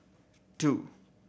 two